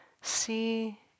see